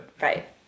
Right